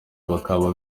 bakaba